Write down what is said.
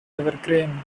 evergreen